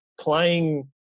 playing